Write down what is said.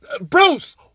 Bruce